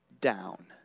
down